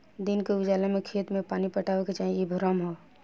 दिन के उजाला में खेत में पानी पटावे के चाही इ भ्रम ह